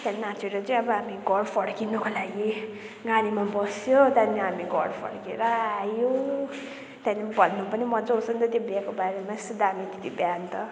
नाचेर चाहिँ अब हामी घर फर्किनुको लागि गाडीमा बस्यौँ अनि हामी घर फर्केर आयौँ त्यहाँदेखि भन्नु पनि मजा आउँछ नि त्यो बिहेको बारेमा कस्तो दामी थियो त्यो बिहे अन्त